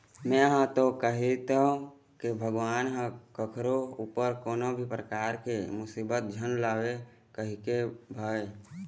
में हा तो कहिथव के भगवान ह कखरो ऊपर कोनो भी परकार के मुसीबत झन लावय कहिके रे भई